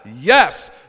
yes